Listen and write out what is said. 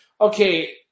okay